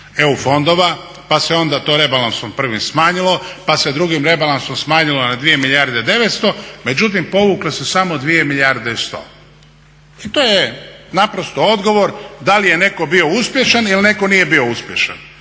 EU fondova pa se onda to rebalansom prvim smanjilo, pa se drugim rebalansom smanjilo na 2 milijarde 900, međutim povukle su se samo 2 milijarde i 100. I to je naprosto odgovor da li je netko bio uspješan ili netko nije bio uspješan.